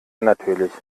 natürlich